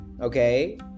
Okay